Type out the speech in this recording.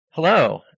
Hello